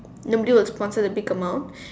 nobody will sponsor the big amount